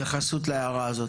התייחסות להערה הזאת,